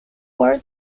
were